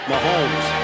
Mahomes